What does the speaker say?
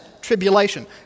tribulation